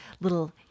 little